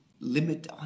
limit